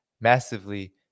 massively